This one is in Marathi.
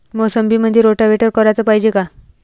मोसंबीमंदी रोटावेटर कराच पायजे का?